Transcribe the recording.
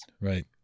Right